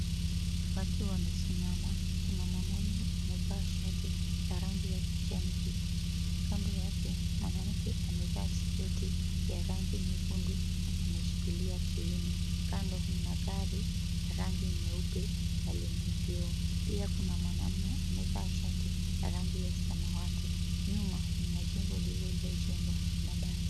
Watu wamesimama, kuna mwanamume amevaa shati la rangi ya kijani kibichi, kando yake mwanamke amevaa sketi ya rangi nyekundu, ameshikilia kiuno, kando mna gari la rangi nyeupe na lenye vioo. Pia kuna mwanamume amevaa shatinlanrangi ya samawati, nyuma mna jengo lililojengwa na mabati.